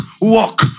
walk